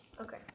Okay